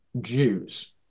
Jews